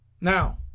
Now